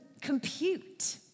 compute